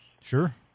sure